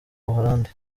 buholandi